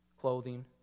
clothing